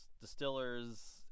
distillers